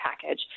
package